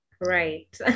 right